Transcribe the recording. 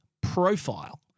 profile